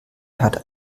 hat